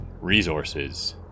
resources